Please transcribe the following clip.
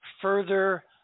further